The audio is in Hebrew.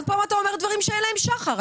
עוד פעם אתה אומר דברים שאין להם שחר,